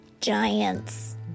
Giants